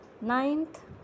Ninth